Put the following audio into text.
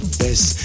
best